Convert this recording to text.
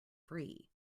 free